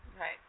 Right